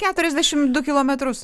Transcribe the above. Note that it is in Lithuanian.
keturiasdešim du kilometrus